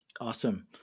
Awesome